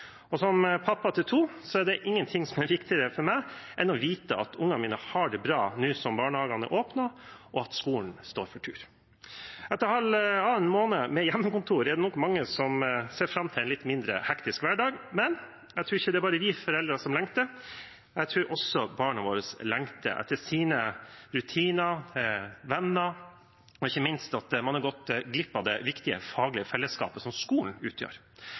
som pappa til to er det ingenting som er viktigere enn å vite at ungene mine har det bra nå som barnehagene er åpnet, og at skolen står for tur. Etter halvannen måned med hjemmekontor er det nok mange som ser fram til en litt mindre hektisk hverdag, men jeg tror ikke det bare er vi foreldre som lengter – jeg tror også barna våre lengter etter sine rutiner og venner. Ikke minst har de gått glipp av det viktige faglige fellesskapet som skolen utgjør.